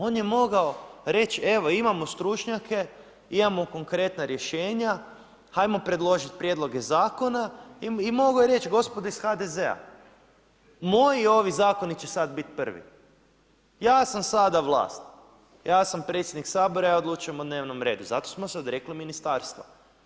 On je mogao reći evo imamo stručnjake, imamo konkretna rješenja hajmo predložiti prijedloge zakona i mogao je reći gospodi iz HDZ-a, moji ovi zakoni će sada biti prvi, ja sam sada vlast, ja sam sada predsjednik Sabora i ja odlučujem o dnevnom redu, zato smo se odrekli ministarstva.